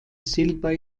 silber